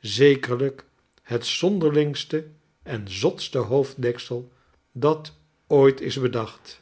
zekerlijk het zonderlingste en zotste hoofddeksel dat ooit is bedacht